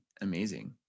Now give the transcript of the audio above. amazing